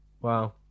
Wow